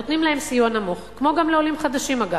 נותנים להם סיוע נמוך, כמו גם לעולים חדשים, אגב.